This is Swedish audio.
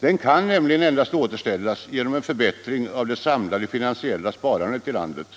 Den kan nämligen endast återställas genom en förbättring av det samlade finansiella sparandet i landet.